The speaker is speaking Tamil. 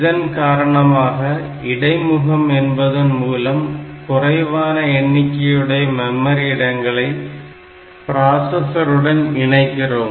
இதன் காரணமாக இடைமுகம் என்பதன் மூலமாக குறைவான எண்ணிக்கையுடைய மெமரி இடங்களை ப்ராசசருடன் இணைக்கிறோம்